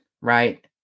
right